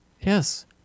Yes